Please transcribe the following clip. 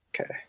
Okay